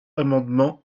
amendement